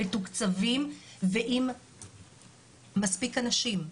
מתוקצבים ועם מספיק אנשים.